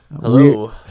Hello